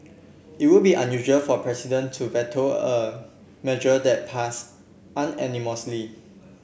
it would be unusual for a president to veto a measure that passed unanimously